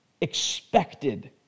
expected